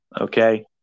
okay